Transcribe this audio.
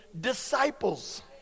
disciples